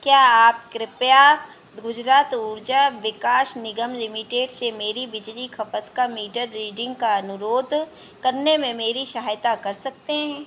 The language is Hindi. क्या आप कृपया गुजरात ऊर्जा विकास निगम लिमिटेड से मेरी बिजली खपत का मीटर रीडिंग का अनुरोध करने में मेरी सहायता कर सकते हैं